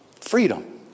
Freedom